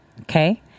okay